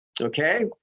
Okay